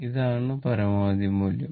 ഇതാണ് പരമാവധി മൂല്യം